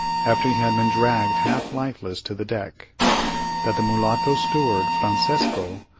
after he had been dragged half-lifeless to the deck that the mulatto steward, francesco,